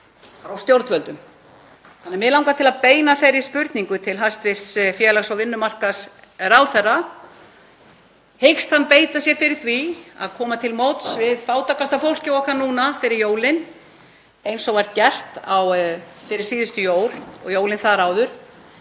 frá stjórnvöldum. Mig langar til að beina spurningu til hæstv. félags- og vinnumarkaðsráðherra: Hyggst hann beita sér fyrir því að koma til móts við fátækasta fólkið okkar fyrir jólin eins og var gert fyrir síðustu jól og jólin þar áður?